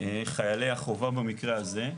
חיילי החובה במקרה הזה,